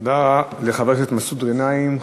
תודה לחבר הכנסת מסעוד גנאים.